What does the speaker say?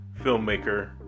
filmmaker